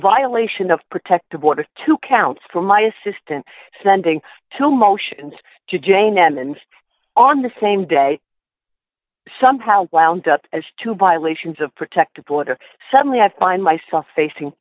violation of protective order two counts for my assistant sending two motions to jane m and on the same day somehow wound up as two violations of protective order suddenly i find myself facing